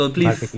Please